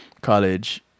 college